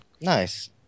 Nice